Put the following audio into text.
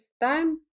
time